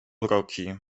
uroki